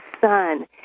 Son